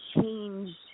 changed